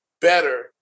better